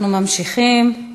אנחנו ממשיכים.